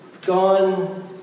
Gone